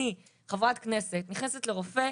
אני חברת כנסת נכנסת לרופא,